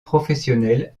professionnelle